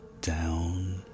down